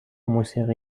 موسیقی